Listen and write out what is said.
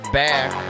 back